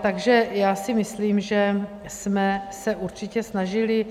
Takže já si myslím, že jsme se určitě snažili.